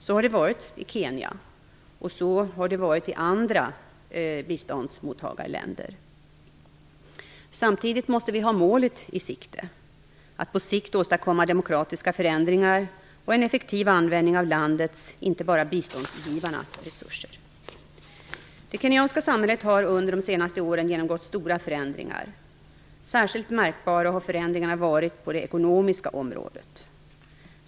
Så har det varit i Kenya, och så har det varit i andra biståndsmottagarländer. Samtidigt måste vi ha målet i sikte: att på sikt åstadkomma demokratiska förändringar och en effektiv användning av landets - inte bara biståndsgivarnas - resurser. Det kenyanska samhället har under de senaste åren genomgått stora förändringar. Särskilt märkbara har förändringarna varit på det ekonomiska området.